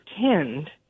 pretend